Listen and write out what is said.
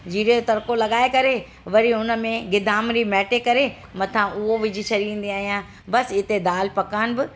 जीरे जो तड़िको लॻाए करे वरी हुन में गिधामरी मैटे करे मथां उहो विझी छॾींदी आहियां बसि हिते दालि पकान बि